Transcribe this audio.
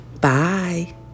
Bye